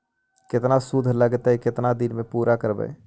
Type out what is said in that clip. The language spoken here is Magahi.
केतना शुद्ध लगतै केतना दिन में पुरा करबैय?